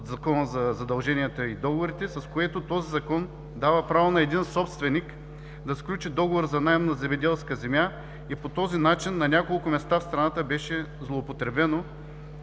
Закона за задълженията и договорите, с което този Закон дава право на един собственик да сключи договор за наем на земеделска земя, по този начин на няколко места в страната беше злоупотребено,